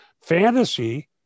fantasy